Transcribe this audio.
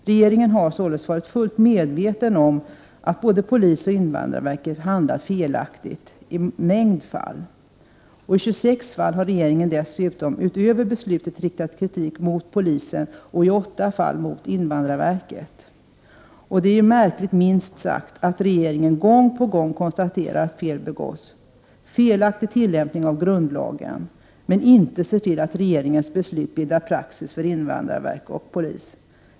Regeringen har således varit fullt medveten om att både polisen och invandrarverket handlat felaktigt i en mängd fall. I 26 fall har regeringen dessutom utöver beslutet riktat kritik mot polisen och i 8 fall mot invandrarverket. Det är ju märkligt, minst sagt, att regeringen gång på gång konstaterar att fel begås — felaktig tillämpning av grundlagen — men inte ser till att regeringens beslut bildar praxis för invandrarverket och polisen.